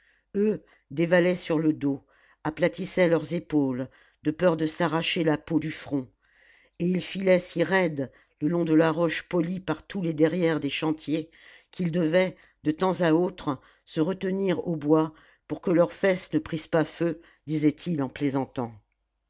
eux dévalaient sur le dos aplatissaient leurs épaules de peur de s'arracher la peau du front et ils filaient si raide le long de la roche polie par tous les derrières des chantiers qu'ils devaient de temps à autre se retenir aux bois pour que leurs fesses ne prissent pas feu disaient-ils en plaisantant